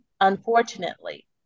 unfortunately